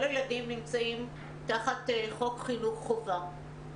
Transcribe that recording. כל הילדים נמצאים תחת חוק חינוך חובה.